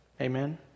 Amen